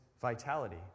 vitality